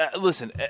listen